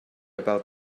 about